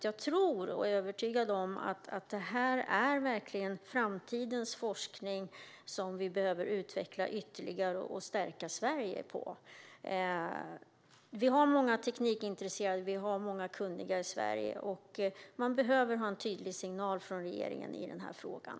Jag är övertygad om att det verkligen är framtidens forskning som vi behöver utveckla ytterligare och stärka Sverige genom. Vi har många teknikintresserade och många kunniga i Sverige. De behöver ha en tydlig signal från regeringen i den här frågan.